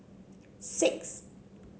six